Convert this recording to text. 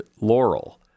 Laurel